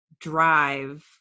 drive